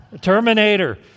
Terminator